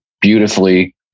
beautifully